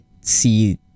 see